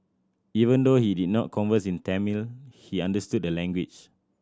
even though he did not converse in Tamil he understood the language